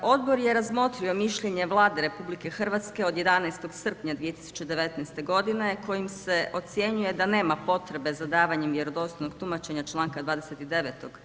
Odbor je razmotrio mišljenje Vlade RH od 11. srpnja 2019. godine kojim se ocjenjuje da nema potrebe za davanjem vjerodostojnog tumačenja članka 29.